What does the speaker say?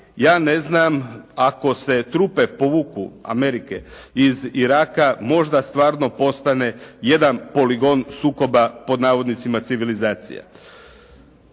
ja ne znam ako se trupe povuku Amerike iz Iraka možda stvarno postane jedan poligon sukoba, pod navodnicima, civilizacija.